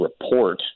report